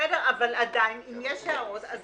בסדר, אבל עדיין אם יש הערות אז